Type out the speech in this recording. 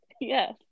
Yes